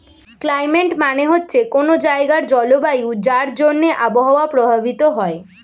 climate মানে হচ্ছে কোনো জায়গার জলবায়ু যার জন্যে আবহাওয়া প্রভাবিত হয়